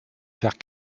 faire